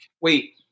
Wait